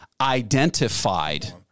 identified